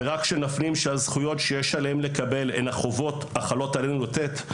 ורק כשנפנים שהזכויות שיש עליהם לקבל הן החובות החלות עלינו לתת,